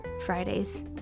Friday's